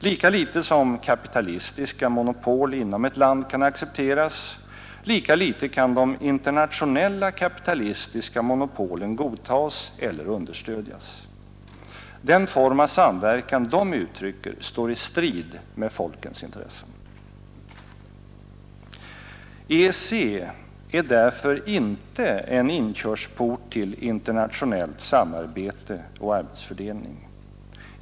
Lika litet som kapitalistiska monopol inom ett land kan accepteras, lika litet kan de internationella kapitalistiska monopolen godtas eller understödjas. Den form av samverkan de uttrycker står i strid med folkens intressen. EEC är därför inte en inkörsport till internationellt samarbete och arbetsfördelning.